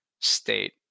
state